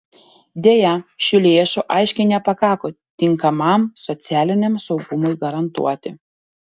deja šių lėšų aiškiai nepakako tinkamam socialiniam saugumui garantuoti